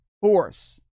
force